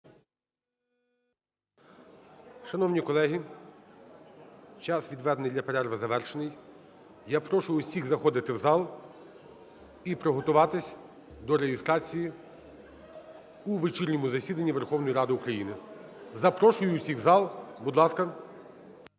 Шановні колеги! Час, відведений для перерви, завершений. Я прошу усіх заходити в зал і приготуватися до реєстрації у вечірньому засіданні Верховної Ради України. Запрошую усіх в зал, будь ласка.